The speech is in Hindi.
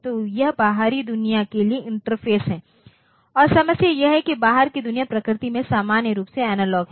तो यह बाहरी दुनिया के लिए इंटरफेस है और समस्या यह है कि बाहर की दुनिया प्रकृति में सामान्य रूप एनालॉग है